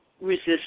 resist